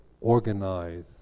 organize